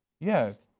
yes,